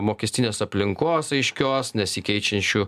mokestinės aplinkos aiškios nesikeičiančių